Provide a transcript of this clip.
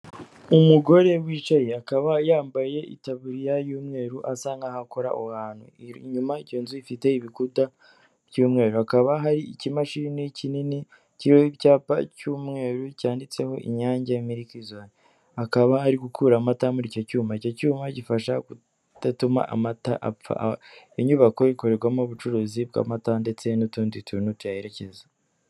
Umugore wicaye, akaba yambaye itaburiya y'umweru, asa nkaho akora aho hantu, inyuma iyo nzu ifite ibikuta by'umweru, hakaba hari ikimashini kinini kiriho icyapa cy'umweru cyanditseho Inyange mirlkizone, akaba ari gukura amata muri icyo cyuma, icyo cyuma gifasha kudatuma amata apfa, inyubako ikorerwamo ubucuruzi bw'amata, ndetse n'utundi tuntu tuyaherekeza.